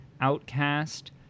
Outcast